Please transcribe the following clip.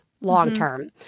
long-term